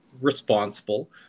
responsible